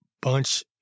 bunch